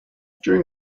during